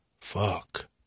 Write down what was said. Fuck